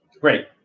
Great